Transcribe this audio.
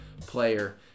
player